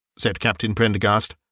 said captain prendergast.